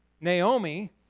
Naomi